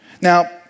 Now